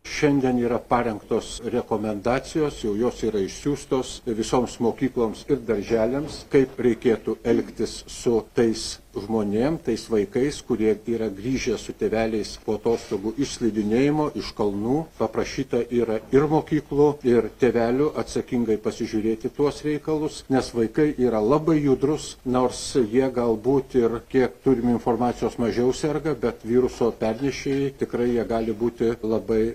šiandien yra parengtos rekomendacijos jau jos yra išsiųstos visoms mokykloms ir darželiams kaip reikėtų elgtis su tais žmonėm tais vaikais kurie yra grįžę su tėveliais po atostogų iš slidinėjimo iš kalnų paprašyta yra ir mokyklų ir tėvelių atsakingai pasižiūrėt į tuos reikalus nes vaikai yra labai judrus nors jie galbūt ir kiek turim informacijos mažiau serga bet viruso pernešėjai tikrai jie gali būti labai